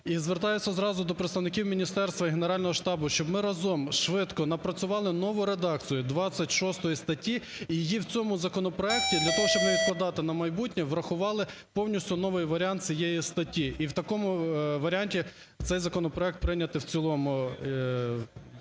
звертаємося зразу до представників міністерства Генерального штабу, щоб ми разом швидко напрацювали нову редакцію 26 статті, і її у цьому законопроекті для того, щоб не відкладати на майбутнє, врахували повністю новий варіант цієї статті, і у такому варіанті цей законопроект прийняти в другому